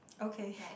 okay